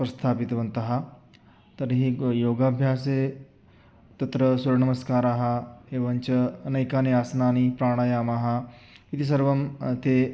प्रस्थापितवन्तः तर्हि ग् योगाभ्यासे तत्र सूर्यमस्कारः एवञ्च अनैकानि आसनानि प्राणायामाः इति सर्वं ते